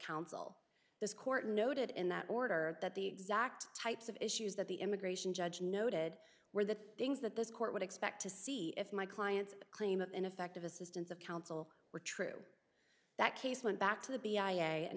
this court noted in that order that the exact types of issues that the immigration judge noted were the things that this court would expect to see if my client's claim of ineffective assistance of counsel were true that case went back to the